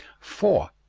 four.